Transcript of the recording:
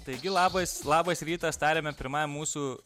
taigi labas labas rytas tariame pirmajam mūsų